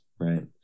right